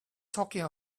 talking